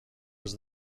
was